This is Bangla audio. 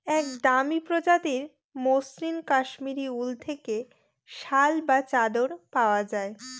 এক দামি প্রজাতির মসৃন কাশ্মীরি উল থেকে শাল বা চাদর পাওয়া যায়